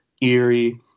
eerie